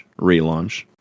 relaunch